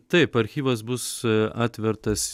taip archyvas bus atvertas